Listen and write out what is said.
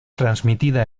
transmitida